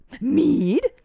Mead